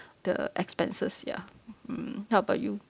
the expenses ya mm how about you